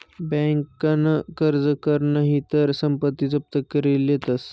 बँकन कर्ज कर नही तर संपत्ती जप्त करी लेतस